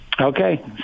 Okay